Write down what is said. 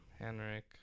Henrik